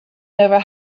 never